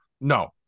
no